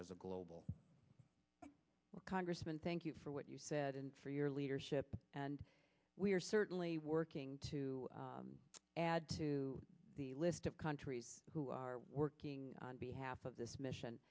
as a global congressman thank you for what you said and for your leadership and we are certainly working to add to the list of countries who are working on behalf of this